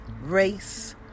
race